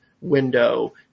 window